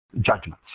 judgments